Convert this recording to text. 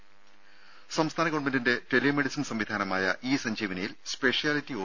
ത സംസ്ഥാന ഗവൺമെന്റിന്റെ ടെലി മെഡിസിൻ സംവിധാനമായ ഇ സഞ്ജീവനിയിൽ സ്പെഷ്യാലിറ്റി ഒ